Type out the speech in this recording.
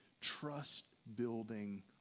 trust-building